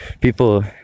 people